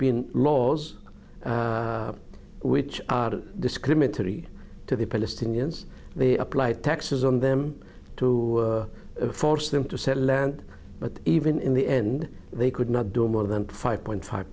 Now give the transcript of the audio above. been laws which are discriminatory to the palestinians they apply taxes on them to force them to sell the land but even in the end they could not do more than five point five